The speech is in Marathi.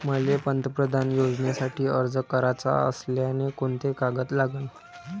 मले पंतप्रधान योजनेसाठी अर्ज कराचा असल्याने कोंते कागद लागन?